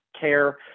care